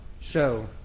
show